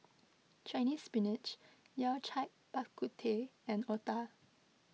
Chinese Spinach Yao Cai Bak Kut Teh and Otah